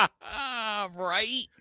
Right